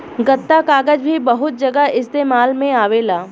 गत्ता कागज़ भी बहुत जगह इस्तेमाल में आवेला